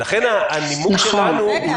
בגלל הקורונה.